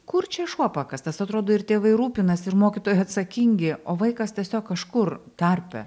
kur čia šuo pakastas atrodo ir tėvai rūpinasi ir mokytojai atsakingi o vaikas tiesiog kažkur tarpe